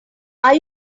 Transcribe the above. are